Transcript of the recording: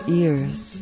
ears